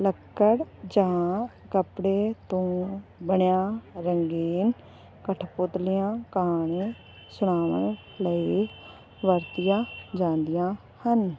ਲੱਕੜ ਜਾਂ ਕੱਪੜੇ ਤੋਂ ਬਣਿਆ ਰੰਗੀਨ ਕਠਪੁਤਲਿਆਂ ਕਾਣੇ ਸੁਣਾਵਾ ਲਈ ਵਰਤੀਆਂ ਜਾਂਦੀਆਂ ਹਨ